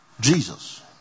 Jesus